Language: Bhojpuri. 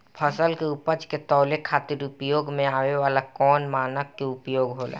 फसल के उपज के तौले खातिर उपयोग में आवे वाला कौन मानक के उपयोग होला?